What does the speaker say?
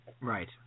Right